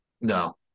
No